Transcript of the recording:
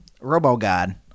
Robo-god